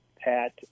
Pat